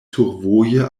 survoje